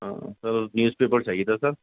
ہاں sir newspaper چاہیے تھا سر